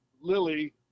Lily